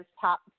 top